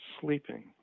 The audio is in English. sleeping